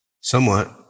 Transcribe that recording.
somewhat